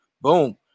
boom